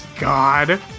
God